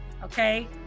okay